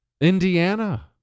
Indiana